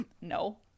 no